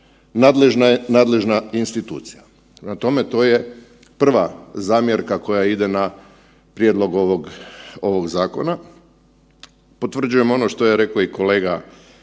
nadležna institucija. Prema tome, to je prva zamjerka koja ide na prijedlog ovog, ovog zakona. Potvrđujem ono što je reko i kolega,